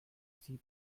suis